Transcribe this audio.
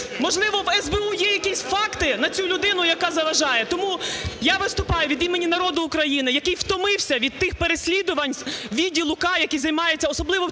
Можливо, в СБУ є якісь факти на цю людину, яка заважає. Тому я виступаю від імені народу України, який втомився від тих переслідувань відділу "К", який займається, особливо чесні